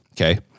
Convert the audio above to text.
Okay